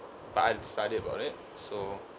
but I have to study about it so